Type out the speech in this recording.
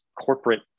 corporate